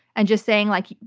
and just saying like,